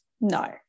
No